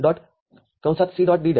F " A